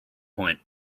point